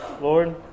Lord